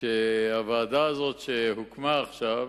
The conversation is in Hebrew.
הוועדה שהוקמה עכשיו,